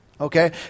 okay